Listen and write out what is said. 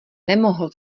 nemohl